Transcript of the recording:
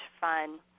fun